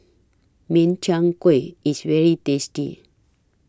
Min Chiang Kueh IS very tasty